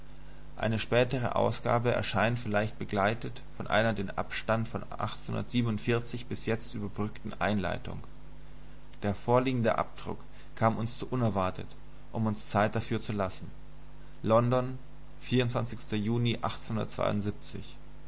eine spätere ausgabe erscheint vielleicht begleitet von einer den abstand von bis jetzt überbrückenden einleitung der vorliegende abdruck kam uns zu unerwartet um uns zeit dafür zu lassen london juni